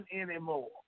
anymore